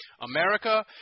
America